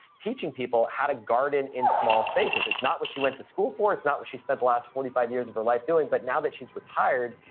teaching people how to garden in small spaces. it's not what she went to school for. it's not what she spent the last forty five years of her life doing. but now that she's retired,